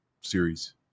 series